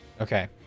Okay